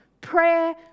Prayer